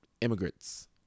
immigrants